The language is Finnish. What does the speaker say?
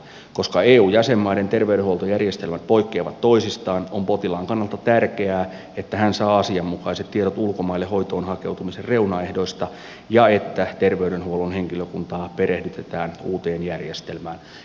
koska eun jäsenmaiden terveydenhuoltojärjestelmät poikkeavat toisistaan on potilaan kannalta tärkeää että hän saa asianmukaiset tiedot ulkomaille hoitoon hakeutumisen reunaehdoista ja että terveydenhuollon henkilökuntaa perehdytetään uuteen järjestelmään